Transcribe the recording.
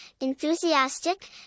enthusiastic